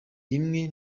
rimwe